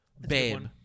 Babe